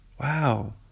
Wow